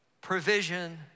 provision